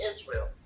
Israel